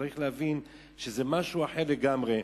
צריך להבין שזה משהו אחר לגמרי.